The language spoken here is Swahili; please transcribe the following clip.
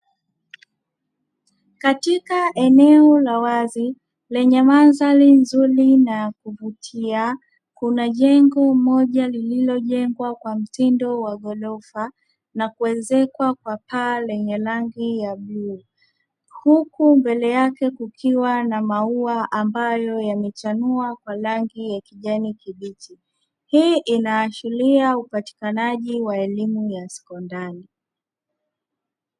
Katika eneo la wazi lenye mandhari nzuri na ya kuvutia kuna jengo moja lililojengwa kwa mtindo wa ghorofa na kuezekwa kwa paa lenye rangi ya bluu, huku mbele yale kukiwa na maua ambayo yamechanua kwa rangi ya kijani kibichi, hii inaashiria upatikanaji wa elimu ya sekondari.